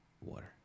Water